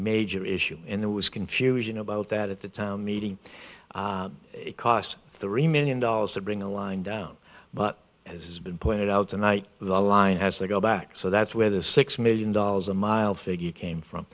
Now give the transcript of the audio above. major issue and there was confusion about that at the town meeting it cost three million dollars to bring a line down but it has been pointed out tonight the line as they go back so that's where the six million dollars a mile figure came from